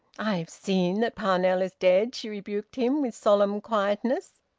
i've seen that parnell is dead, she rebuked him, with solemn quietness.